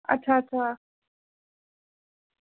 अच्छा अच्छा